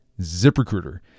ZipRecruiter